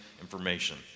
information